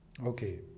Okay